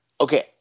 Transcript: Okay